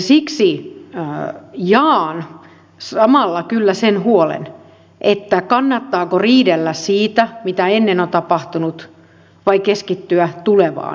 siksi jaan samalla kyllä sen huolen kannattaako riidellä siitä mitä ennen on tapahtunut vai keskittyä tulevaan